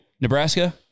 Nebraska